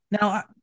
Now